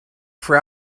for